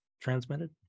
transmitted